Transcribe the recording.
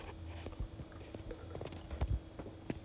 ya then he wa~ he wasn't sharing anything at all